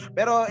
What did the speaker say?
Pero